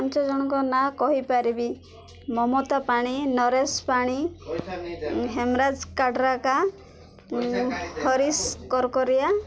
ପାଞ୍ଚ ଜଣଙ୍କ ନାଁ କହିପାରିବି ମମତା ପାଣି ନରେଶ ପାଣି ହେମରାଜ କାଟ୍ରକା ହରିଶ କର୍କୋରିଆ